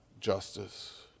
justice